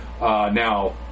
Now